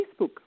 Facebook